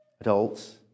adults